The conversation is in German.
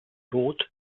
roth